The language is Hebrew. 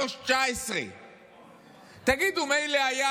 19:73. תגידו מילא היה